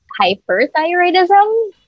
hyperthyroidism